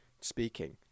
speaking